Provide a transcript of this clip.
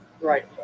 Right